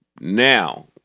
Now